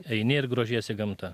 eini ir grožiesi gamta